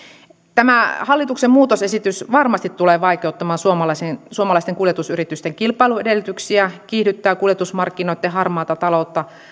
tämä hallituksen muutosesitys varmasti tulee vaikeuttamaan suomalaisten kuljetusyritysten kilpailuedellytyksiä kiihdyttää kuljetusmarkkinoitten harmaata taloutta